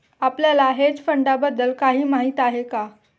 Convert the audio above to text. आपल्याला हेज फंडांबद्दल काही माहित आहे का?